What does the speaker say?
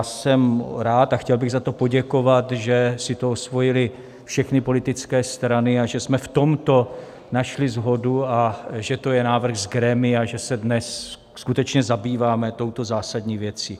Jsem rád, a chtěl bych za to poděkovat, že si to osvojily všechny politické strany, že jsme v tomto našli shodu a že to je návrh z grémia, že se dnes skutečně zabýváme touto zásadní věcí.